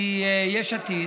מיש עתיד,